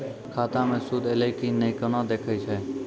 खाता मे सूद एलय की ने कोना देखय छै?